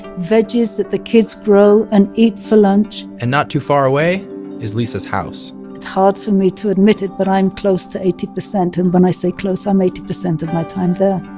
veggies that the kids grow and eat for lunch and not too far away is lisa's house it's hard for me to admit it, but i'm close to eighty percent and when i say close, i'm eighty percent of my time there.